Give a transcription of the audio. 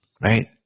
right